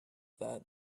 that